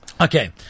Okay